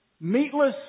meatless